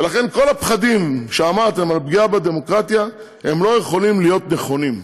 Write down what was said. ולכן כל הפחדים שאמרתם על הפגיעה בדמוקרטיה לא יכולים להיות נכונים,